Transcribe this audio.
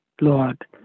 Lord